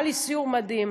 היה לי סיור מדהים,